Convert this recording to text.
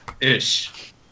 Ish